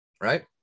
Right